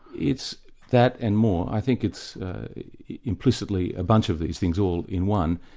it's that, and more. i think it's implicitly a bunch of these things all in one.